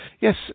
Yes